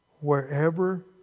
wherever